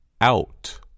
out